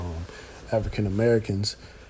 African-Americans